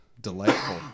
Delightful